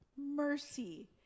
mercy